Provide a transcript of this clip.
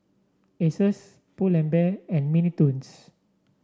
Asus Pull and Bear and Mini Toons